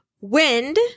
wind